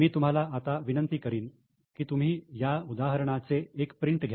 मी तुम्हाला आता विनंती करीन की तुम्ही ह्या उदाहरणाचे एक प्रिंट घ्या